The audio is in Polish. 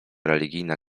religijna